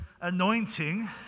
anointing